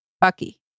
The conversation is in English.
Bucky